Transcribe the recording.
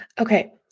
Okay